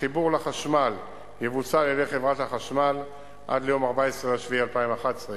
החיבור לחשמל יבוצע על-ידי חברת החשמל עד ליום 14 ביולי 2011,